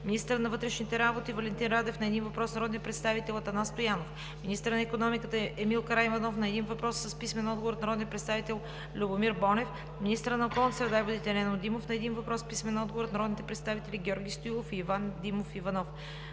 министърът на вътрешните работи Валентин Радев – на един въпрос от народния представител Атанас Стоянов; - министърът на икономиката Емил Караниколов – на един въпрос с писмен отговор от народния представител Любомир Бонев; - министърът на околната среда и водите Нено Димов – на един въпрос с писмен отговор от народните представители Георги Стоилов и Иван Димов Иванов.